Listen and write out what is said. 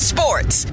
Sports